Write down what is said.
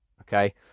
okay